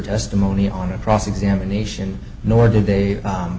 testimony on a cross examination nor did they